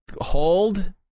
hold